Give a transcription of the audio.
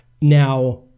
Now